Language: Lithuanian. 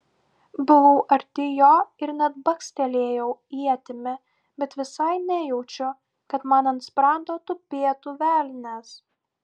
buvau arti jo ir net bakstelėjau ietimi bet visai nejaučiu kad man ant sprando tupėtų velnias